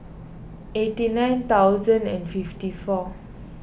eighty nine thousand and fifty four